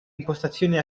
impostazione